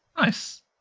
Nice